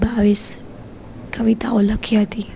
બાવીસ કવિતાઓ લખી હતી